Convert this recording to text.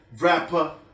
rapper